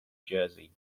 jersey